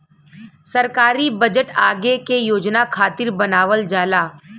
सरकारी बजट आगे के योजना खातिर बनावल जाला